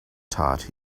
tart